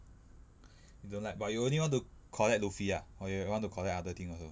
you don't like but you only want to collect luffy ah or you want to collect other thing also